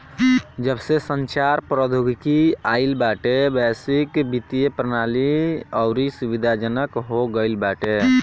जबसे संचार प्रौद्योगिकी आईल बाटे वैश्विक वित्तीय प्रणाली अउरी सुविधाजनक हो गईल बाटे